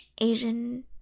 Asian